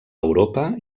europa